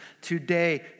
today